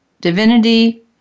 divinity